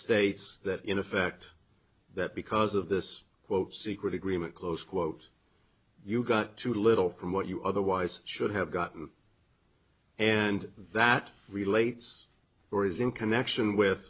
states that in effect that because of this secret agreement close quote you got too little from what you otherwise should have gotten and that relates or is in connection with